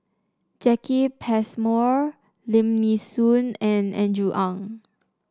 Jacki Passmore Lim Nee Soon and Andrew Ang